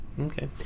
Okay